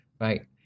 right